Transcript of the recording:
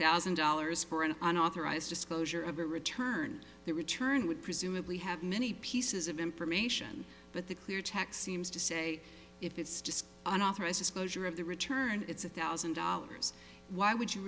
thousand dollars for an unauthorized disclosure of a return that return would presumably have many pieces of information but the clear text seems to say if it's just an author i suppose or of the return it's a thousand dollars why would you